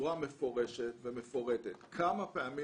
בצורה מפורשת ומפורטת כמה פעמים